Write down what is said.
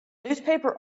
newspaper